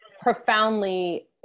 profoundly